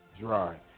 dry